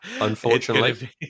Unfortunately